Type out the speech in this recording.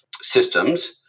systems